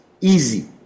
easy